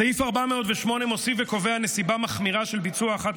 סעיף 408 מוסיף וקובע נסיבה מחמירה של ביצוע אחת